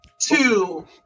Two